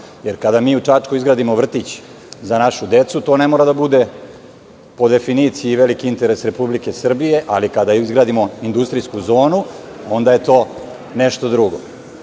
jer kada mi u Čačku izradimo za našu decu, to ne mora da bude po definiciji veliki interes Republike Srbije, ali kada izgradimo industrijsku zonu onda je to nešto